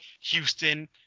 houston